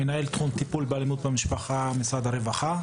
מנהל תחום טיפול באלימות במשפחה במשרד הרווחה.